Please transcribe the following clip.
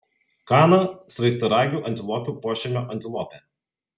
kana sraigtaragių antilopių pošeimio antilopė